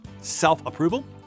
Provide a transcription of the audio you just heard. self-approval